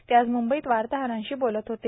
ते आज म्ंबईत वार्ताहरांशी बोलत होते